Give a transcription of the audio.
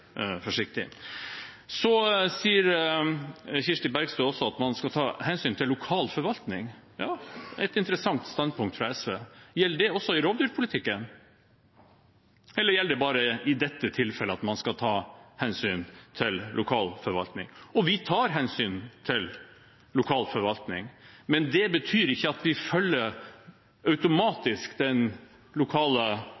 forsiktig. Kirsti Bergstø sier også at man skal ta hensyn til lokal forvaltning. Ja, det er et interessant standpunkt fra SV. Gjelder det også i rovdyrpolitikken, eller gjelder det bare i dette tilfellet at man skal ta hensyn til lokal forvaltning? Vi tar hensyn til lokal forvaltning, men det betyr ikke at vi automatisk følger